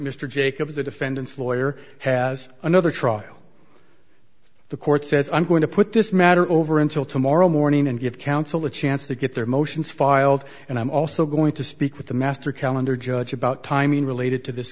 mr jacobs the defendant's lawyer has another trial the court says i'm going to put this matter over until tomorrow morning and give counsel a chance to get their motions filed and i'm also going to speak with the master calendar judge about timing related to this